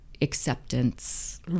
acceptance